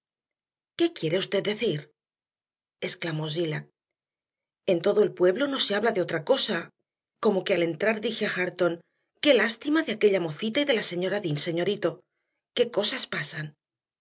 qué quiere usted decir exclamó zillah en todo el pueblo no se hablaba de otra cosa como que al entrar dije a hareton qué lástima de aquella mocita y de la señora dean señorito qué cosas pasan